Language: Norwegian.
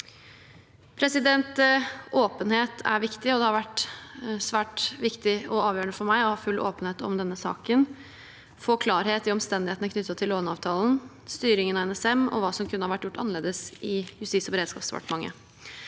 Åpenhet er viktig, og det har vært svært viktig og avgjørende for meg å ha full åpenhet om denne saken og få klarhet i omstendighetene knyttet til låneavtalen, styringen av NSM og hva som kunne ha vært gjort annerledes i Justis- og beredskapsdepartementet.